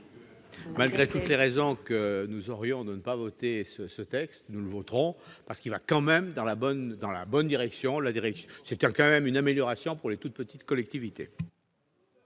Malgré toutes les raisons que nous aurions de ne pas voter ce texte, nous le voterons, car il va dans la bonne direction et apporte une amélioration aux toutes petites collectivités.